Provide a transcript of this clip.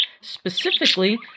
specifically